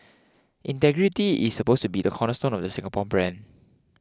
integrity is supposed to be the cornerstone of the Singapore brand